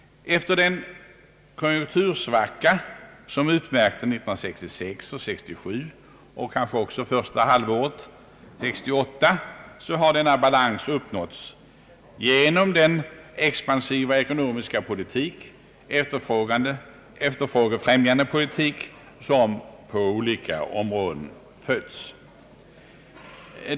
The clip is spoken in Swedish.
Efter den konjunktursvacka som utmärkte 1966 och 1967, i någon mån också första halvåret 1968, har denna balans uppnåtts genom den expansiva efterfrågefrämjande ekonomiska politik som på olika områden förts.